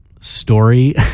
story